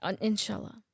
Inshallah